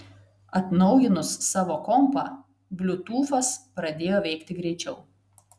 atnaujinus savo kompą bliutūfas pradėjo veikti greičiau